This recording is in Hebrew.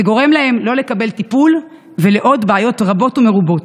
זה גורם להם לא לקבל טיפול ולעוד בעיות רבות ומרובות.